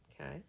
Okay